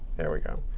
there we go.